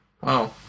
Wow